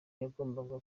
yagombaga